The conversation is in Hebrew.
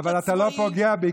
אבל אתה לא פוגע בי,